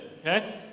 Okay